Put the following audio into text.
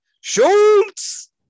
Schultz